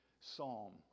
psalm